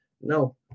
no